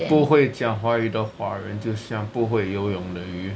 不会讲华语的华人就象不会游泳的鱼